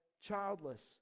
childless